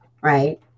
right